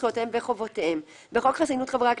זכויותיהם וחובותיהם 17. בחוק חסינות חברי הכנסת,